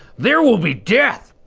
there will be death.